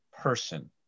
person